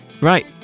Right